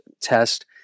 test